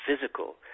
physical